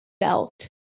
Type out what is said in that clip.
felt